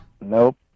nope